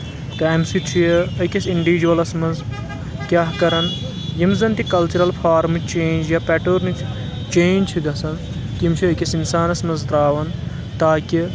امہِ ستۭۍ چھُ یہِ أکِس اِنڈِجولَس منٛز کیاہ کرن یِم زن تہِ کَلچرل فارمٕچ چینٛج یا پیٹورنٕچ چینٛج چھِ گژھان تِم چھِ أکِس اِنسانَس منٛز تراوان تاکہِ